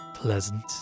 Pleasant